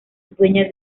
dueña